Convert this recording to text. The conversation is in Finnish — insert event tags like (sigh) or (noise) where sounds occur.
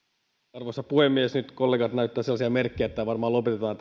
arvoisa puhemies nyt kollegat näyttävät sellaisia merkkejä että tämä keskustelu varmaan lopetetaan (unintelligible)